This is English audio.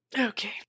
okay